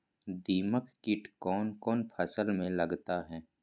दीमक किट कौन कौन फसल में लगता है?